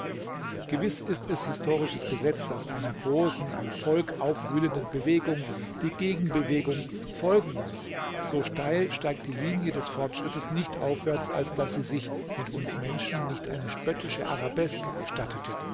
gewiß ist es historisches gesetz daß einer großen ein volk aufwühlenden bewegung die gegenbewegung folgen muß so steil steigt die linie des fortschrittes nicht aufwärts als daß sie sich mit uns menschen nicht eine spöttische arabeske gestattete